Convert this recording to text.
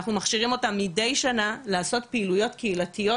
אנחנו מכשירים אותם מידי שנה לעשות פעילויות קהילתיות